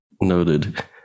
noted